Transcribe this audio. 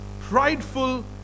Prideful